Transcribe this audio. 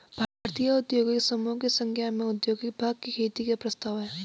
भारतीय औद्योगिक समूहों के संज्ञान में औद्योगिक भाँग की खेती का प्रस्ताव है